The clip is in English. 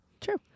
true